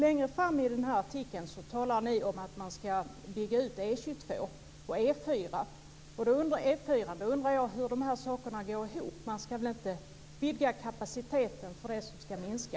Längre fram i artikeln talar ni om att man ska bygga ut E 22 och E 4. Då undrar jag hur dessa saker går ihop. Man ska väl inte vidga kapaciteten för det som ska minska?